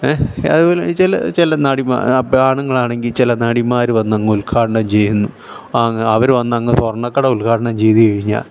അതുപോലെ ചില നടി അണുങ്ങളാണെങ്കിൽ ചില നടിമാർ വന്നു അങ്ങ് ഉൽഘാടനം ചെയ്യുന്നു ആ അവർ വന്നങ് സ്വർണക്കട ഉൽഘാടനം ചെയ്തു കഴിഞ്ഞാൽ